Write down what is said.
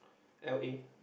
l_a